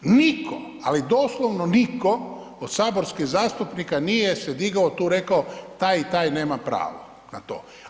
Niko, ali doslovno niko od saborskih zastupnika nije se digao i tu rekao taj i taj nema pravo na to.